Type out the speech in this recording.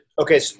okay